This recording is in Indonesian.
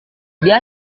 dia